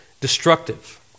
destructive